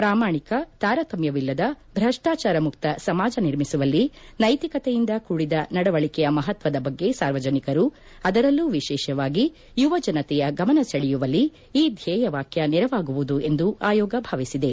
ಪ್ರಾಮಾಣಿಕ ತಾರತಮ್ಮವಿಲ್ಲದ ಭ್ರಷ್ಟಾಚಾರಮುಕ್ತ ಸಮಾಜ ನಿರ್ಮಿಸುವಲ್ಲಿ ನೈತಿಕತೆಯಿಂದ ಕೂಡಿದ ನಡವಳಿಕೆಯ ಮಹತ್ವದ ಬಗ್ಗೆ ಸಾರ್ವಜನಿಕರು ಅದರಲ್ಲೂ ವಿಶೇಷವಾಗಿ ಯುವಜನತೆಯ ಗಮನ ಸೆಳೆಯುವಲ್ಲಿ ಈ ಧ್ವೇಯ ವಾಕ್ಯ ನೆರವಾಗುವುದು ಎಂದು ಆಯೋಗ ಭಾವಿಸಿದೆ